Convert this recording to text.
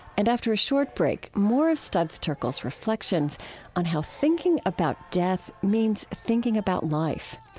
and after a short break, more of studs terkel's reflections on how thinking about death means thinking about life.